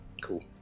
Cool